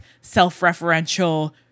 self-referential